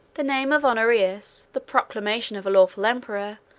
the name of honorius, the proclamation of a lawful emperor,